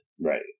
Right